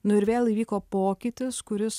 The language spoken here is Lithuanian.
nu ir vėl įvyko pokytis kuris